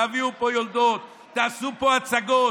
תביאו לפה יולדות, תעשו פה הצגות,